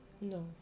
No